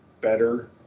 better